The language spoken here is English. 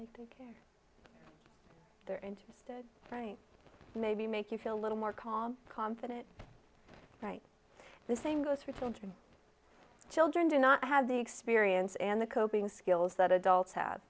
they're interested right maybe make you feel a little more calm confident right the same goes for children children do not have the experience and the coping skills that adults have